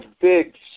big